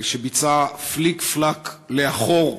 שביצע פליק-פלאק לאחור,